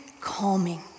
calming